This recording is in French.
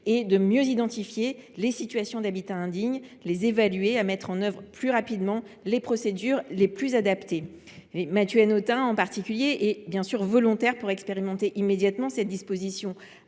de mieux identifier les situations d’habitat indigne, de les évaluer et de mettre en œuvre plus rapidement les procédures les plus adaptées. Mathieu Hanotin, en particulier, est volontaire pour expérimenter immédiatement à Saint